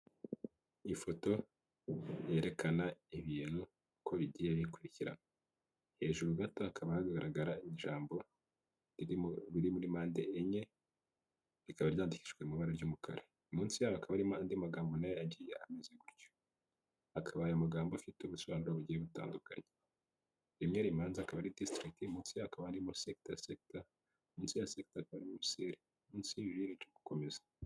Ifoto yerekana ibintu ko bigiye bikurikira. Hejuru gato hakaba hagaragara ijambo riri muri mpanda enye, rikaba ryandikijwe mu ibara ry'umukara, munsi hakaba harimo andi magambo na yo agiye ameze gutyo, akaba ayo magambo afite ubusobanuro bugiye butandukanye. Rimwe ribanza akaba ari disitirikiti, akaba arimo sekita sekita, munsi ya sekita harimo seri munsi ya seri bigakomeza.